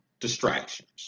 distractions